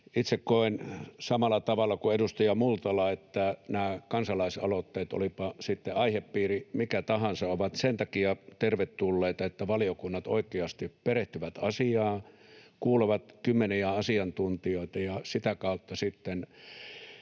Itse koen samalla tavalla kuin edustaja Multala, että nämä kansalaisaloitteet, olipa sitten aihepiiri mikä tahansa, ovat sen takia tervetulleita, että valiokunnat oikeasti perehtyvät asiaan, kuulevat kymmeniä asiantuntijoita ja sitä kautta sitten